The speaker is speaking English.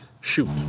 shoot